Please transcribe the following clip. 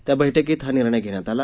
त्या बैठकीत हा निर्णय घेण्यात आला